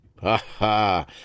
Ha-ha